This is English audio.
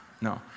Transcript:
no